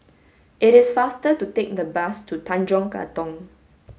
it is faster to take the bus to Tanjong Katong